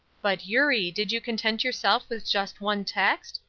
but, eurie, did you content yourself with just one text?